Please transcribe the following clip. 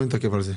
לא נתעכב על זה.